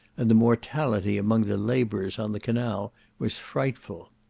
and the mortality among the labourers on the canal was frightful.